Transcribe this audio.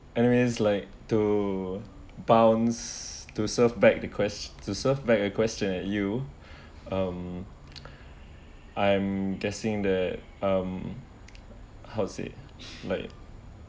I means like to bounce to serve back the quest to serve back a question at you um I'm guessing that um how to say like